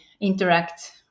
interact